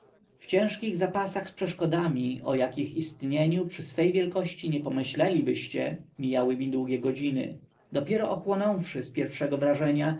ciężkich zapasach z przeszkodami o jakich istnieniu przy swej wielkości nie pomyślelibyście mijały mi długie godziny dopiero ochłonąwszy z pierwszego wrażenia